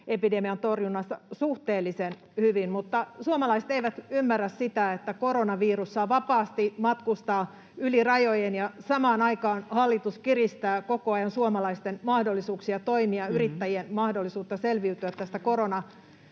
koronaepidemian torjunnassa suhteellisen hyvin — mutta suomalaiset eivät ymmärrä sitä, että koronavirus saa vapaasti matkustaa yli rajojen ja samaan aikaan hallitus kiristää koko ajan suomalaisten mahdollisuuksia toimia, yrittäjien mahdollisuutta selviytyä tästä koronakriisistä.